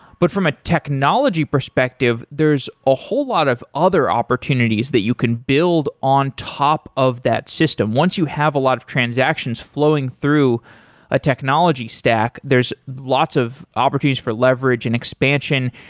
but from a technology perspective, there're a whole lot of other opportunities that you can build on top of that system. once you have a lot of transactions flowing through a technology stack, there's lots of opportunities for leverage and expansion.